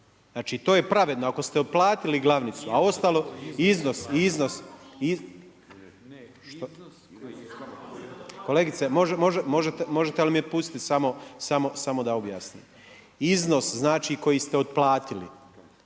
znači to je pravedno, ako ste otplatili glavnicu a ostalo, iznos, iznos … …/Upadica se ne čuje./… Kolegice možete li me pustiti samo da objasnim, iznos koji ste otplatili,